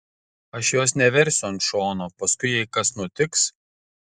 aš jos neversiu ant šono paskui jei kas nutiks